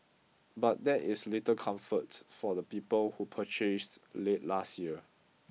but that is little comfort for the people who purchased late last year